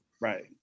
Right